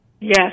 Yes